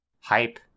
Hype